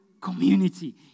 Community